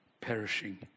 perishing